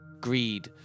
Greed